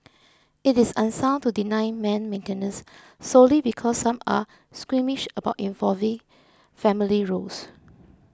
it is unsound to deny men maintenance solely because some are squeamish about evolving family roles